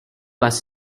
bus